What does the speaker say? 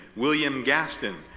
william gaston,